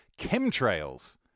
Chemtrails